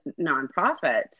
nonprofits